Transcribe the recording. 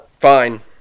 Fine